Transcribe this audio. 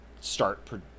start